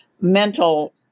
mental